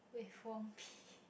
with warm tea